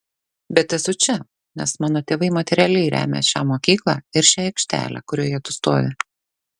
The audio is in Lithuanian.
bet esu čia nes mano tėvai materialiai remia šią mokyklą ir šią aikštelę kurioje tu stovi